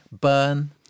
burn